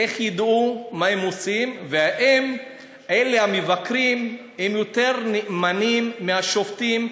איך ידעו מה הם עושים ואם אלה המבקרים הם יותר נאמנים מהשופטים,